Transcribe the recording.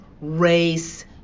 race